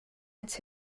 its